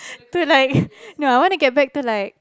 to like no I want to get back to like